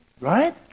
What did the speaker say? Right